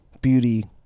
beauty